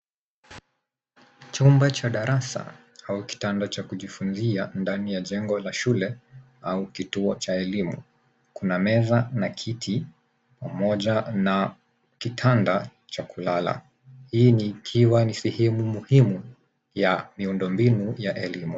Chumba cha darasa au kitanda cha kujifunzia ndani ya jengo ya shule au kituo cha elimu. Kuna meza na kiti moja na kitanda cha kulala. Hii ni ikiwa ni sehemu muhimu ya miundo mbinu ya elimu.